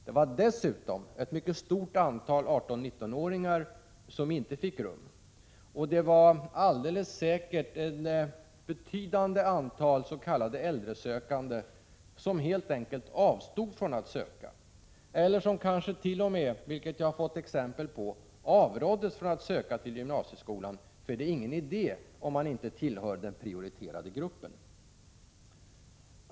Det var därutöver ett mycket stort antal 18-19-åringar som inte fick rum, och det var alldeles säkert ett betydande antal s.k. äldresökande som helt enkelt avstod från att söka eller som kanske t.o.m. — det har jag hört exempel på — avråddes från att söka till gymnasieskolan med argumentet att det inte var någon idé om man inte tillhör den prioriterade gruppen.